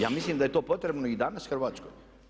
Ja mislim da je to potrebno i danas Hrvatskoj.